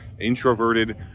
introverted